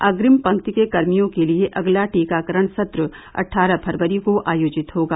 अग्रिम पंक्ति के कर्मियों के लिये अगला टीकाकरण सत्र अट्ठारह फरवरी को आयोजित होगा